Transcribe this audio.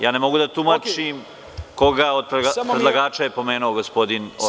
Ja ne mogu da tumačim koga je od predlagača pomenuo gospodin Orlić.